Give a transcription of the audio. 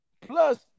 plus